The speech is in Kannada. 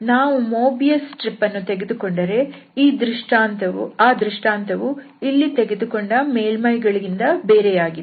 ನಾವು ಮೋಬಿಯಸ್ ಸ್ಟ್ರಿಪ್ ಅನ್ನು ತೆಗೆದುಕೊಂಡರೆ ಆ ದೃಷ್ಟಾಂತವು ಇಲ್ಲಿ ತೆಗೆದುಕೊಂಡ ಮೇಲ್ಮೈ ಗಳಿಂದ ಬೇರೆಯಾಗಿದೆ